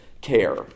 care